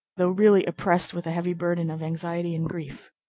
though really oppressed with a heavy burden of anxiety and grief.